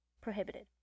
Prohibited